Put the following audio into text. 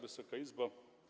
Wysoka Izbo!